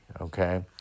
okay